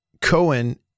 Cohen